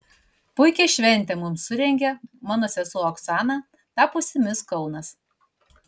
puikią šventę mums surengė mano sesuo oksana tapusi mis kaunas